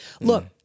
Look